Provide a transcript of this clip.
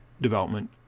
development